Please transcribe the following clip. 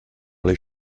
les